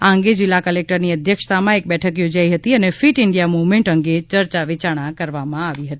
આ અંગે જિલ્લા કલેક્ટરની અધ્યક્ષતામાં એક બેઠક યોજાઈ હતી અને ફીટ ઇન્ડિયા મૂવમેન્ટ અંગે ચર્ચા વિચારણા કરવામાં આવી હતી